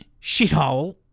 shithole